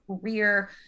career